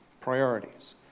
Priorities